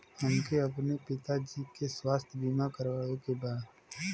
हमके अपने पिता जी के स्वास्थ्य बीमा करवावे के बा?